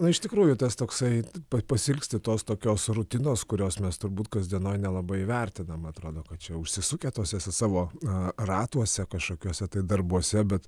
na iš tikrųjų tas toksai pasiilgsti tos tokios rutinos kurios mes turbūt kasdienoj nelabai vertinam atrodo kad čia užsisukę tuose savo ratuose kažkokiuose tai darbuose bet